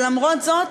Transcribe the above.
ולמרות זאת,